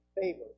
favor